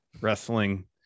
wrestling